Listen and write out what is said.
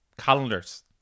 calendars